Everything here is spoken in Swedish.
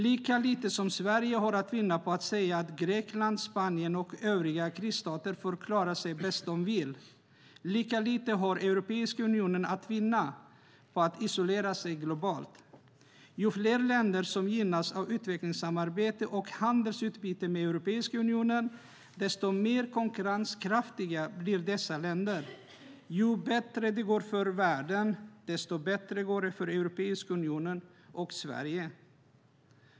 Lika lite som Sverige har att vinna på att säga att Grekland, Spanien och övriga krisstater får "klara sig bäst de vill" har Europeiska unionen att vinna på att isolera sig globalt. Ju fler länder som gynnas av utvecklingssamarbete och handelsutbyte med Europeiska unionen, desto mer konkurrenskraftiga blir dessa länder. Ju bättre det går för världen, desto bättre går det för Europeiska unionen och Sverige.